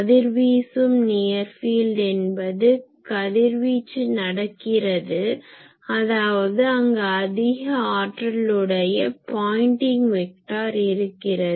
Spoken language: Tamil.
கதிர்வீசும் நியர் ஃபீல்ட் என்பது கதிர்வீச்சு நடக்கிறது அதாவது அங்கு அதிக ஆற்றலுடைய பாயின்ட்டிங் வெக்டார் இருக்கிறது